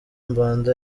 mbanda